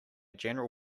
general